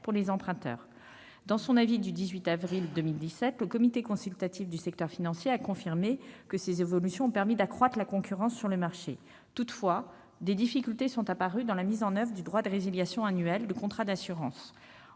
pour les emprunteurs. Dans l'avis qu'il a rendu le 18 avril 2017, le Comité consultatif du secteur financier a confirmé que ces évolutions avaient permis d'accroître la concurrence sur les marchés. Toutefois, des difficultés sont apparues dans la mise en oeuvre du droit de résiliation annuel du contrat d'assurance.